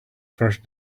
first